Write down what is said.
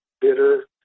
bitter